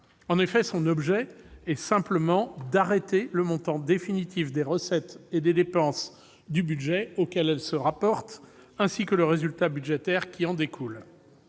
En effet, son objet est simplement d'arrêter « le montant définitif des recettes et des dépenses du budget auquel elle se rapporte, ainsi que le résultat budgétaire qui en découle